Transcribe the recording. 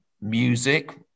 music